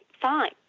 fine